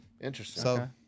Interesting